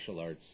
arts